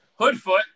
Hoodfoot